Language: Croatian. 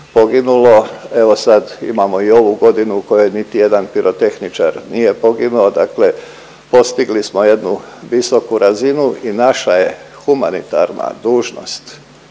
poginulo. Evo sad imamo i ovu godinu u kojoj niti jedan pirotehničar nije poginuo, dakle postigli smo jednu visoku razinu i naša je humanitarna dužnost